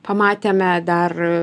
pamatėme dar